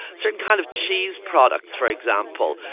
certain kinds of cheese products, for example,